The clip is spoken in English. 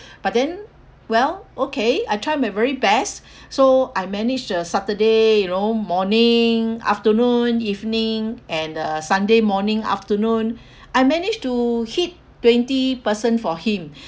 but then well okay I try my very best so I managed the saturday you know morning afternoon evening and the sunday morning afternoon I managed to hit twenty person for him